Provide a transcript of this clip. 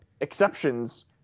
exceptions